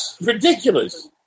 ridiculous